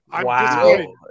Wow